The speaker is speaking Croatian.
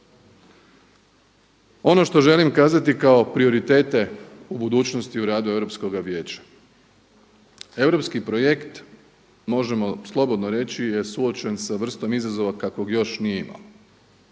Ono što želim kazati kao prioritete u budućnosti u radu Europskog vijeća, europski projekt možemo slobodno reći je suočen sa vrstom izazova kakvog još nije imao,